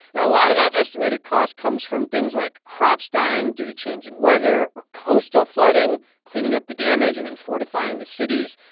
a lot of that estimated cost comes from things like crops dying due to changing weather or coastal flooding, cleaning up the damage and then fortifying the cities,